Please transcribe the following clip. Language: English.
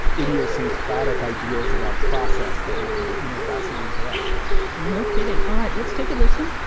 idiosyncratic ideas about process that would be, you know, fascinating for us no kidding. all right. let's take a listen.